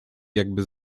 jakby